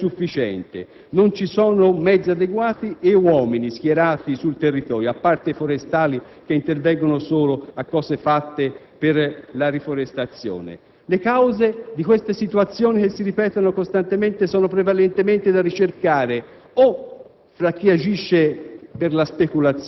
il sistema di sorveglianza del territorio risulta insufficiente. Non ci sono mezzi adeguati e uomini schierati sul territorio, a parte i forestali, che intervengono solo a cose fatte per la riforestazione. Le cause di queste situazioni che si ripetono costantemente sono prevalentemente da ricercare o